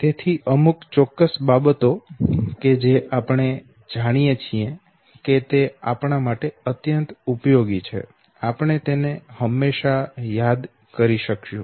તેથી અમુક ચોક્કસ બાબતો કે જે આપણે જાણીએ છીએ કે તે આપણા માટે અત્યંત ઉપયોગી છે આપણે તેને હંમેશા યાદ કરી શકીશું